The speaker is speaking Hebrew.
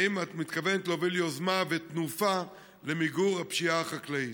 האם את מתכוונת להוביל יוזמה ותנופה למיגור הפשיעה החקלאית?